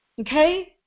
Okay